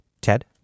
Ted